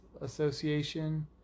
association